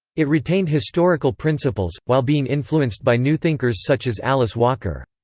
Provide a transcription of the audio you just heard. it retained historical principles, while being influenced by new thinkers such as alice walker.